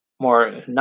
more